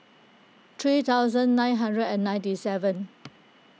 three thousand nine hundred and ninety seven